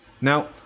Now